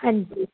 ਹਾਂਜੀ